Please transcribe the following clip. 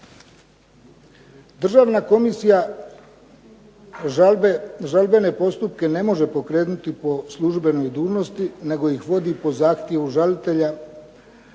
Državna komisija žalbene postupke ne može pokrenuti po službenoj dužnosti, nego ih vodi po zahtjevu žalitelja,